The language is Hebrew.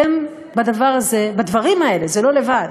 אתם, בדבר הזה, בדברים האלה, זה לא לבד,